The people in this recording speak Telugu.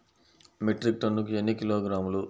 మెట్రిక్ టన్నుకు ఎన్ని కిలోగ్రాములు?